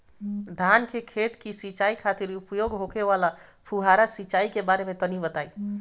धान के खेत की सिंचाई खातिर उपयोग होखे वाला फुहारा सिंचाई के बारे में तनि बताई?